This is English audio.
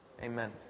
amen